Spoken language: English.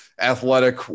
athletic